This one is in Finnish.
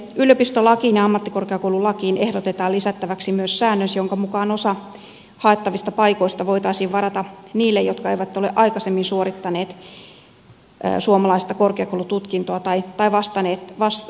yliopistolakiin ja ammattikorkeakoululakiin ehdotetaan lisättäväksi myös säännös jonka mukaan osa haettavista paikoista voitaisiin varata niille jotka eivät ole aikaisemmin suorittaneet suomalaista korkeakoulututkintoa tai vastaanottaneet opiskelupaikkaa